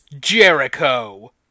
Jericho